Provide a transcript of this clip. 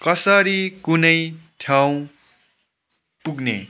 कसरी कुनै ठाउँ पुग्ने